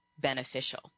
beneficial